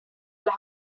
las